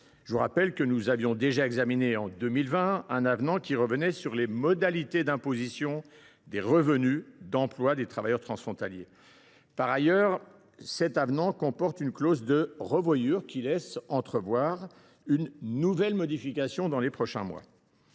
en vigueur en 2019. Nous avons déjà examiné en 2020 un avenant revenant sur les modalités d’imposition des revenus d’emploi des travailleurs transfrontaliers. Par ailleurs, le présent avenant comporte une clause de revoyure, qui laisse entrevoir une nouvelle modification au cours des prochains mois.